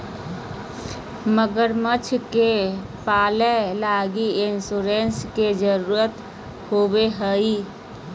मगरमच्छ के पालय लगी लाइसेंस के जरुरत होवो हइ